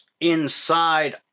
inside